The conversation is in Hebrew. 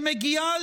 שמגיעה